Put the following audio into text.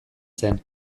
zen